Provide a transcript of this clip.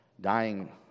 dying